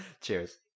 Cheers